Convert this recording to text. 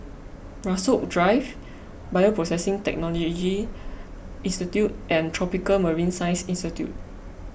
Rasok Drive Bioprocessing Technology Institute and Tropical Marine Science Institute